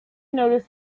noticed